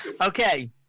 Okay